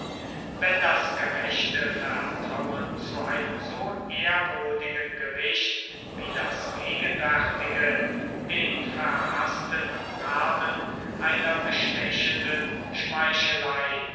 wenn das gerechte vertrauen zu einem so ehrwürdigen gericht wie das gegenwärtige den verhaßten namen einer bestechenden schmeichelei